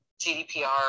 GDPR